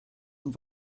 und